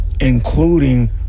including